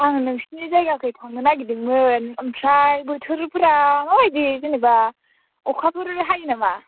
आं नोंसोरनि जायगाथिं थांनो नागिरदोंमोन ओमफ्राय बोथोरफोरा माबायदि जेनेबा